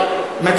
לא, לא.